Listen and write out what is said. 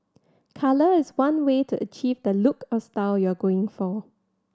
colour is one way to achieve the look or style you're going for